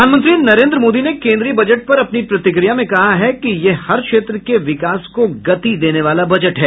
प्रधानमंत्री नरेन्द्र मोदी ने केन्द्रीय बजट पर अपनी प्रतिक्रिया में कहा कि यह हर क्षेत्र के विकास को गति देने वाला बजट है